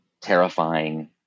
terrifying